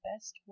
best